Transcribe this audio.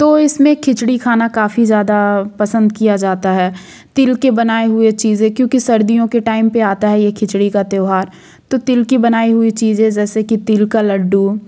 तो इसमें खिचड़ी खाना काफ़ी ज़्यादा पसंद किया जाता है तिल के बनाए हुए चीज़ें क्योंकि सर्दियों के टाइम पे आता है ये खिचड़ी का त्योहार तो तिल की बनाई हुई चीज़ें जैसे कि तिल का लड्डू